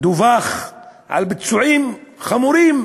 דווח על פצועים חמורים,